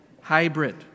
hybrid